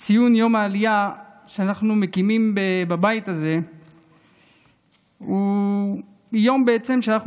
שציון יום העלייה שאנחנו מקיימים בבית הזה הוא יום שבו אנחנו